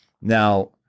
Now-